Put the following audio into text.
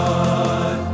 God